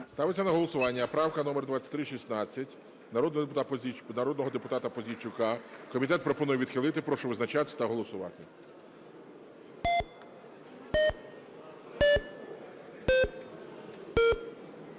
Ставиться на голосування правка номер 2316, народного депутата Пузійчука. Комітет пропонує відхилити. Прошу визначатись та голосувати.